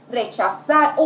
rechazar